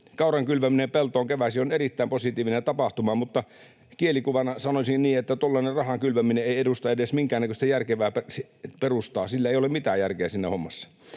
Kauran kylväminen peltoon keväisin on erittäin positiivinen tapahtuma, mutta kielikuvana sanoisin niin, että tuollainen rahan kylväminen ei edusta edes minkäännäköistä järkevää perustaa. Siinä hommassa ei ole mitään järkeä. Arvoisa